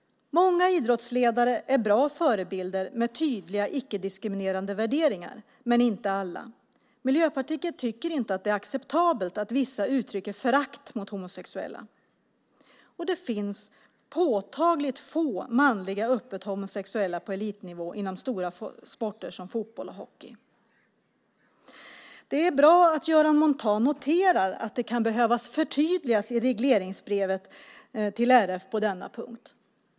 Många idrottsledare är bra förebilder med tydliga icke-diskriminerande värderingar, men inte alla. Miljöpartiet tycker inte att det är acceptabelt att vissa uttrycker förakt mot homosexuella. Det finns påtagligt få manliga öppet homosexuella på elitnivå inom stora sporter som fotboll och hockey. Det är bra att Göran Montan noterar att det kan behöva göras ett förtydligande i regleringsbrevet till RF på denna punkt.